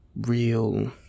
real